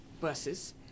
buses